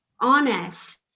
honest